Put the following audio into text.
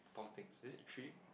four things is it three